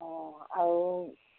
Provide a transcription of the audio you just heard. অঁ আৰু